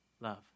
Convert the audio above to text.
love